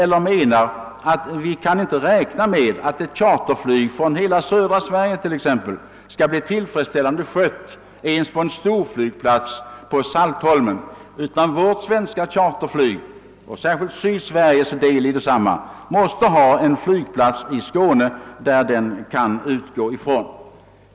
Jag menar att vi inte kan räkna med att charterflyget från hela södra Sverige skall kunna tillgodoses ens av en storflygplats på Saltholm, utan vårt svenska charterflyg, särskilt den del som kommer från Sydsverige, måste ha en flygplats i Skåne att utgå ifrån.